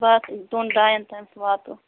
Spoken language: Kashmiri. با دۄن ڈایَن تامٮ۪تھ واتو